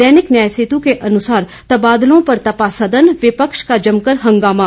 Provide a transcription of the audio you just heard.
दैनिक न्याय सेतु के अनुसार तबादलों पर तपा सदन विपक्ष का जमकर हंगामा